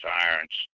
tyrants